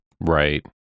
Right